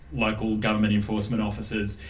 local government enforcement officers,